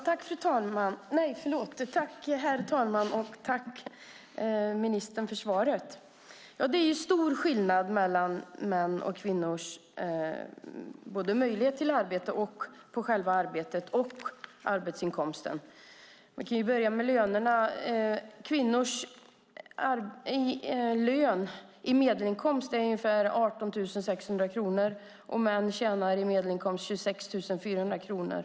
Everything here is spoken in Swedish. Herr talman! Tack, ministern, för svaret. Det är stora skillnader när det gäller mäns och kvinnors möjlighet till arbete, själva arbetet och lönerna. Kvinnors medelinkomst är ungefär 18 600 kronor. Mäns medelinkomst är 26 400 kronor.